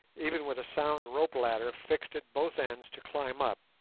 even with a sound rope-ladder fixed at both ends to climb up,